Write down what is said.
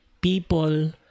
people